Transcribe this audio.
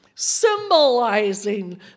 symbolizing